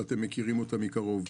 שאתם מכירים אותה מקרוב.